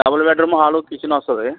double bedroom hall kitchen వస్తుంది